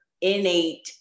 innate